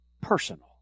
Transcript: personal